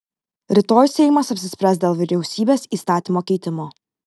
rytoj seimas apsispręs dėl vyriausybės įstatymo keitimo